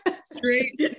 straight